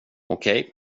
okej